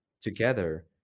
together